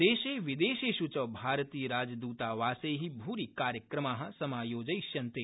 देशो विदेशेष् च भारतीयराजदृतावासै भूरि कार्यक्रमा समायोजयिष्यन्ते